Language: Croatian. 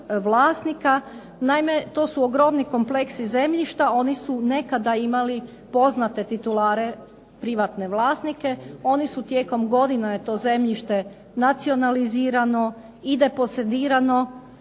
naime, to su ogromni kompleksi zemljišta oni su nekada imali poznate titulare privatne vlasnike, oni su tijekom godina je to zemljište nacionalizirano i deposedirano,